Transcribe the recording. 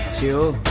you